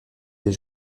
des